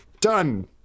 done